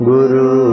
Guru